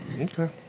Okay